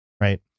right